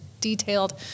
detailed